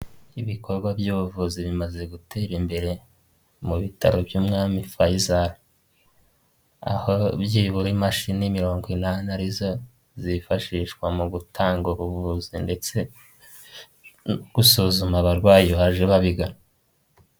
Ibikorwa by'ubuvuzi bimaze gutera imbere, mu bitaro by'Umwami Faisal, aho byibura imashini mirongo inani arizo zifashishwa mu gutanga ubuvuzi, ndetse gusuzuma abarwayi baje babiga.